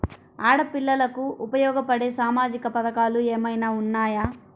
ఆడపిల్లలకు ఉపయోగపడే సామాజిక పథకాలు ఏమైనా ఉన్నాయా?